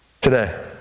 Today